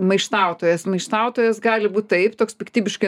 maištautojas maištautojas gali būt taip toks piktybiškai